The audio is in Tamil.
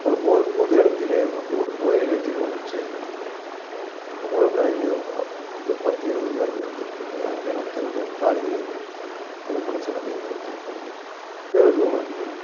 ஒரு பொது இடத்திலே வந்து ஒரு கோயில்லேயே திருமணம் செய்து கொண்டு உறவினர்களை பத்து இருவது பேர் வைத்துக் கொண்டு அங்கே நாம் திருமணம் தாலியை திருமணச் சடங்கை முடித்துக் கொண்டு பிறகு வந்து